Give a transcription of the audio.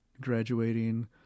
graduating